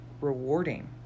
rewarding